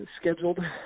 scheduled